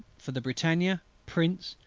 for the britannia, prince,